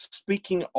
speaking